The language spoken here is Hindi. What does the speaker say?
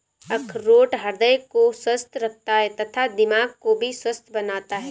अखरोट हृदय को स्वस्थ रखता है तथा दिमाग को भी स्वस्थ बनाता है